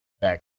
Back